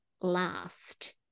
last